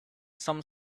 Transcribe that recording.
some